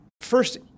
first